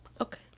Okay